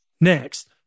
Next